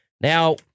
now